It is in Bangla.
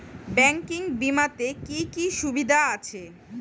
ব্যাঙ্কিং বিমাতে কি কি সুবিধা আছে?